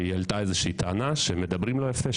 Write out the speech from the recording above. היא העלתה טענה על כך שמדברים לא יפה,